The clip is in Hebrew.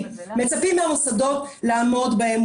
מצפים מהמוסדות לעמוד בהן.